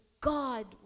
God